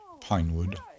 Pinewood